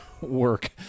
work